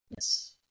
Yes